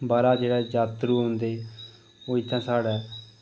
बाह्रा जेह्ड़े जात्तरू औंदे ओह् इत्थै साढ़े